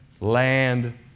land